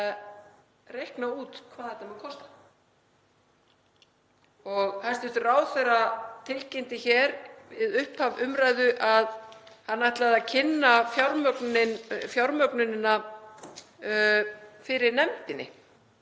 að reikna út hvað þetta muni kosta. Hæstv. ráðherra tilkynnti hér við upphaf umræðu að hann ætlaði að kynna fjármögnunina fyrir nefndinni